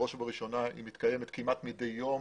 בראש ובראשונה היא מתקיימת כמעט מדי יום.